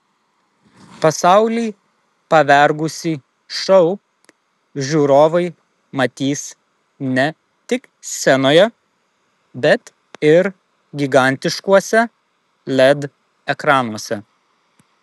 pasaulį pavergusį šou žiūrovai matys ne tik scenoje bet ir gigantiškuose led ekranuose